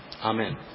Amen